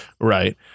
Right